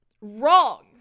Wrong